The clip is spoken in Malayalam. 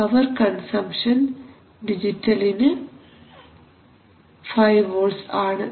പവർ കൺസംഷൻ ഡിജിറ്റലിന് 5 വോൾട്ട്സ് ആണ്